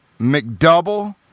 McDouble